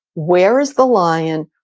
where is the lion?